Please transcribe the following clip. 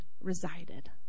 resided